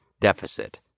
deficit